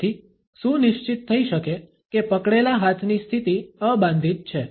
જેથી સુનિશ્ચિત થઈ શકે કે પકડેલા હાથની સ્થિતિ અબાંધિત છે